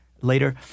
later